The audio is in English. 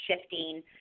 shifting